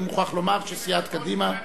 אני מוכרח לומר שסיעת קדימה,